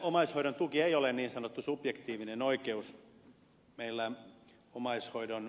omaishoidon tuki ei ole niin sanottu subjektiivinen oikeus